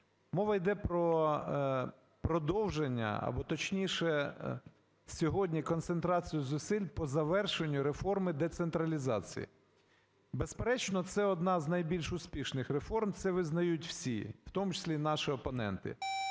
Мова йде про продовження або, точніше, сьогодні концентрацію зусиль по завершенню реформи децентралізації. Безперечно, це одна з найбільш успішних реформ, це визнають всі, в тому числі наші опоненти.